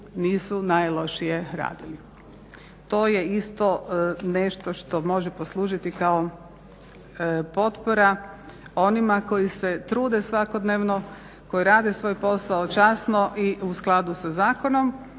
nisu najlošije radili. To je isto nešto što može poslužiti kao potpora onima koji se trude svakodnevno koji rade svoj posao časno i u skladu sa zakonom